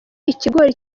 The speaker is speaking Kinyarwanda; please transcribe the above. ikigori